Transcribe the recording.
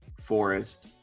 Forest